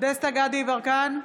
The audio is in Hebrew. דסטה גדי יברקן,